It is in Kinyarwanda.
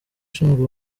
ushinzwe